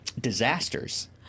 disasters